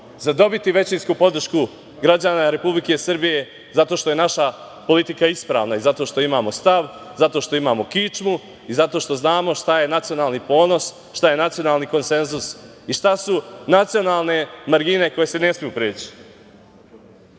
zadobiti većinsku podršku građana Republike Srbije, zato što je naša politika ispravna i zato što imamo stav, zato što imamo kičmu i zato što znamo šta je nacionalni ponos, šta je nacionalni konsenzus i šta su nacionalne margine koje se ne smeju preći.